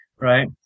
right